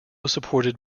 supported